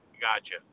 Gotcha